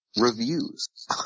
reviews